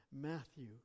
Matthew